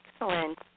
Excellent